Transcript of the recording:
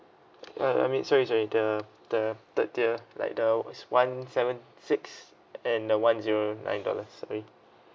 uh I mean sorry sorry the the third tier like the one seven six and the one zero nine dollar sorry